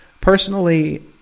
Personally